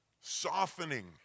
softening